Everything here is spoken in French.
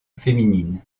féminine